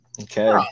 Okay